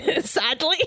sadly